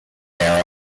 there